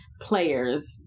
players